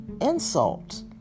insult